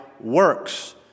works